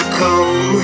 come